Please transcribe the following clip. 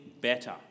better